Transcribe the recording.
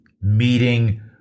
meeting